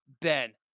Ben